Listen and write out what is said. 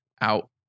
out